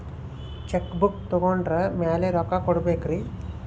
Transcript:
Check book ತೊಗೊಂಡ್ರ ಮ್ಯಾಲೆ ರೊಕ್ಕ ಕೊಡಬೇಕರಿ?